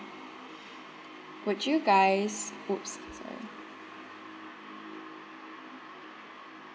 would you guys !oops! sorry